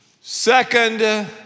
Second